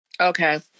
okay